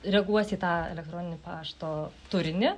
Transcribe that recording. reaguos į tą elektroninį pašto turinį